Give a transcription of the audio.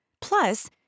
Plus